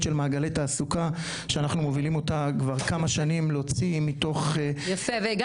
של מעגלי תעסוקה שאנחנו מובילים אותה כבר כמה שנים להוציא מתוך -- והגענו